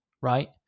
right